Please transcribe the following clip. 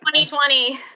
2020